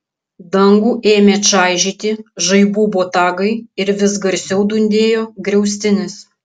dangų ėmė čaižyti žaibų botagai ir vis garsiau dundėjo griaustinis